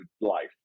life